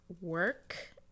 work